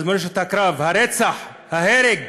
אז מורשת הקרב הרצח, ההרג.